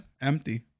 empty